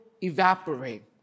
evaporate